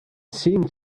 seemed